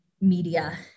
media